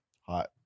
hot